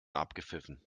abgepfiffen